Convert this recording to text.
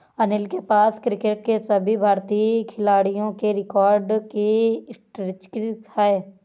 अनिल के पास क्रिकेट के सभी भारतीय खिलाडियों के रिकॉर्ड के स्टेटिस्टिक्स है